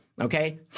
okay